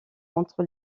entre